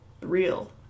real